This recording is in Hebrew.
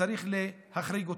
שצריך להחריג אותם.